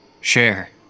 Share